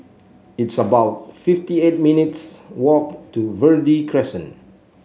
it's about fifty eight minutes' walk to Verde Crescent